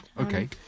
Okay